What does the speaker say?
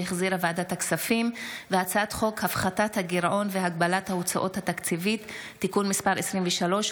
והצעת חוק הפחתת הגירעון והגבלת ההוצאה התקציבית (תיקון מס' 23,